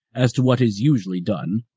as to what is usually done,